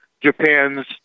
Japan's